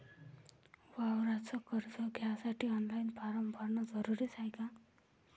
वावराच कर्ज घ्यासाठी ऑनलाईन फारम भरन जरुरीच हाय का?